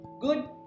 Good